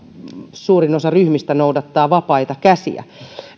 suurin osa ryhmistä noudattaa vapaita käsiä